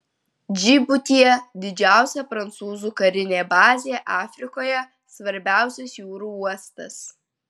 džibutyje didžiausia prancūzų karinė bazė afrikoje svarbiausias jūrų uostas